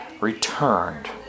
returned